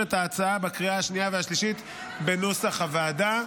את ההצעה בקריאה השנייה והשלישית בנוסח הוועדה.